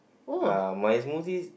ah my smoothies